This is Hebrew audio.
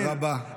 תודה רבה,